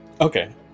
okay